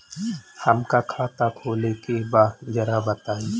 हमका खाता खोले के बा जरा बताई?